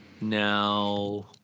Now